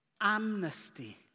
amnesty